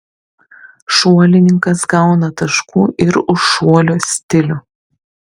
šuolininkas gauna taškų ir už šuolio stilių